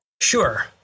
Sure